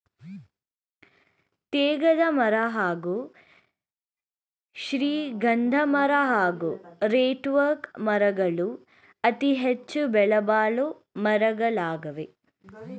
ತೇಗದಮರ ಹಾಗೂ ಶ್ರೀಗಂಧಮರ ಹಾಗೂ ರೆಡ್ಒಕ್ ಮರಗಳು ಅತಿಹೆಚ್ಚು ಬೆಲೆಬಾಳೊ ಮರಗಳಾಗವೆ